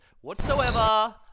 whatsoever